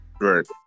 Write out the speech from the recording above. Right